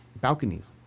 balconies